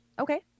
okay